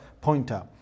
pointer